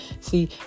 See